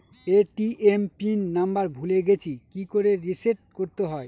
ATM pin number ভুলে গেছি কি করে রিসেট করতে হয়?